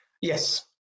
yes